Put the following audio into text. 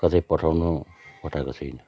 कतै पठाउनु पठाको छुइनँ